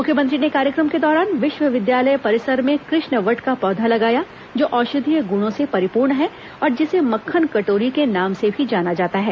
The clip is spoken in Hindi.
मुख्यमंत्री ने कार्यक्रम के दौरान विश्वविद्यालय परिसर में कृ ष्णवट का पौधा लगाया जो औषधीय गुणों से परिपूर्ण है और जिसे मक्खन कटोरी के नाम से भी जाना जाता है